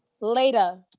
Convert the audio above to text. Later